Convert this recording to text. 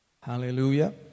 Hallelujah